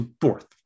fourth